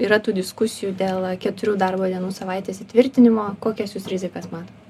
yra tų diskusijų dėl keturių darbo dienų savaitės įtvirtinimo kokias jūs rizikas matot